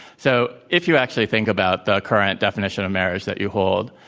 so, if you actually think about the current definition of marriage that you hold,